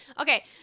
Okay